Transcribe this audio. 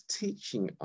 teaching